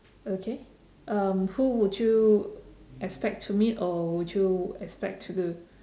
okay um who would you expect to meet or would you expect to